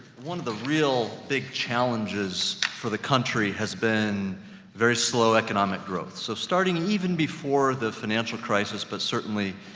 one of the real big challenges for the country has been very slow economic growth. so starting even before the financial crisis but certainly,